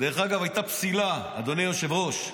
הייתה פסילה, אדוני היושב-ראש,